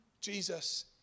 Jesus